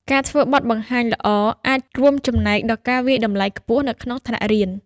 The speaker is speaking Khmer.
ការធ្វើបទបង្ហាញល្អអាចរួមចំណែកដល់ការវាយតម្លៃខ្ពស់នៅក្នុងថ្នាក់រៀន។